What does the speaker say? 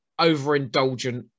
overindulgent